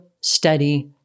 steady